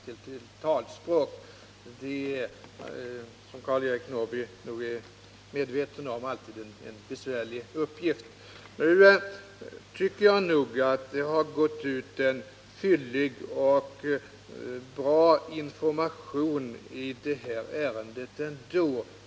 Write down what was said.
Som Karl-Eric Norrby säkert är medveten om är det alltid en besvärlig uppgift. Jag tycker ändå att det har gått ut en fyllig och bra information i det här ärendet.